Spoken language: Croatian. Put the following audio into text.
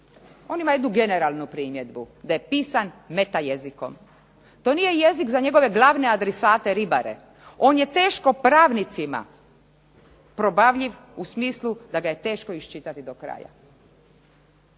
on ima jednu generalnu primjedbu, da je pisan meta jezikom. To nije jezik za njegove glavne adresate ribare. On je teško pravnicima probavljiv u smislu da ga je teško iščitati do kraja.